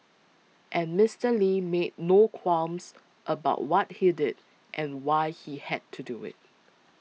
and Mister Lee made no qualms about what he did and why he had to do it